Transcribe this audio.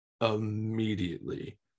immediately